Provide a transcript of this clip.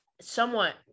somewhat